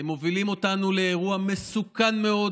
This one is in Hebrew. אתם מובילים אותנו לאירוע מסוכן מאוד,